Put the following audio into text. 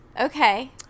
Okay